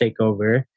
takeover